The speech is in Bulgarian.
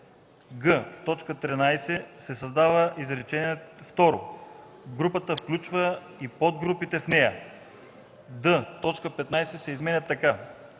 т. 13 се създава изречение второ: „Групата включва и подгрупите в нея.”; д) т. 15 се изменя така: